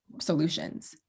solutions